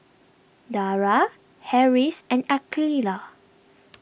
Dara Harris and Aqilah